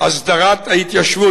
הסדרת ההתיישבות,